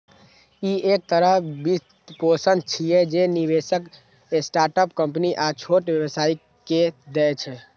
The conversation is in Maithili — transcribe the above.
ई एक तरहक वित्तपोषण छियै, जे निवेशक स्टार्टअप कंपनी आ छोट व्यवसायी कें दै छै